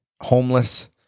homeless